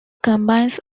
combines